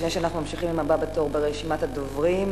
לפני שאנחנו ממשיכים עם הבא בתור ברשימת הדוברים,